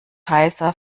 heißer